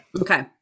Okay